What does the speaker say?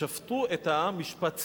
'ושפטו את העם משפט צדק'.